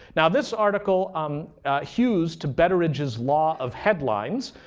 now this article um hews to betteridge's law of headlines,